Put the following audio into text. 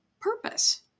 purpose